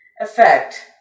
Effect